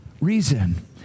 reason